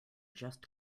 just